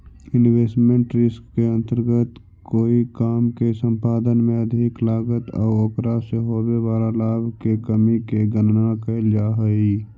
investment risk के अंतर्गत कोई काम के संपादन में अधिक लागत आउ ओकरा से होवे वाला लाभ के कमी के गणना कैल जा हई